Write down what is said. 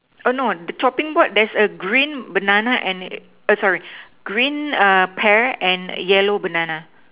oh no the chopping board there's a green banana and a oh sorry green pear and yellow banana